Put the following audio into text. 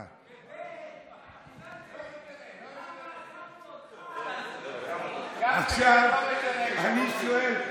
בגלל שתי סיבות: 1. ככה נולדתי.